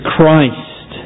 Christ